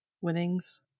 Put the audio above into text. winnings